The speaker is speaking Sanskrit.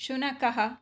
शुनकः